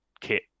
kit